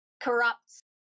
corrupt